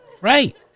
Right